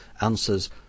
answers